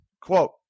Quote